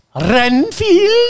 Renfield